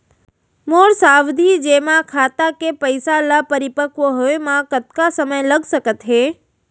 मोर सावधि जेमा खाता के पइसा ल परिपक्व होये म कतना समय लग सकत हे?